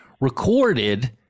Recorded